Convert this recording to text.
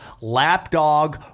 lapdog